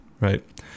right